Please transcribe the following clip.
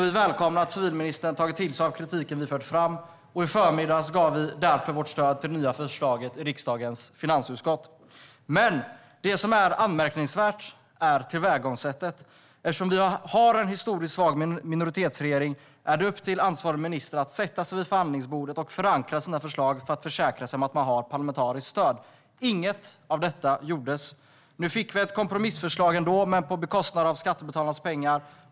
Vi välkomnar att civilministern har tagit till sig av kritiken vi har fört fram och gav därför i förmiddags vårt stöd till det nya förslaget i riksdagens finansutskott. Men det som är anmärkningsvärt är tillvägagångssättet. Eftersom vi har en historiskt svag minoritetsregering är det upp till ansvarig minister att sätta sig vid förhandlingsbordet och förankra sina förslag för att försäkra sig om att han har parlamentariskt stöd. Inget av detta gjordes. Nu fick vi ett kompromissförslag ändå, men på bekostnad av skattebetalarnas pengar.